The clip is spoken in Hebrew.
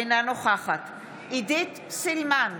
אינה נוכחת עידית סילמן,